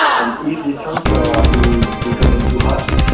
and if the sensor is becoming to hurt,